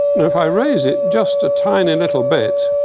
now if i raise it just a tiny little bit.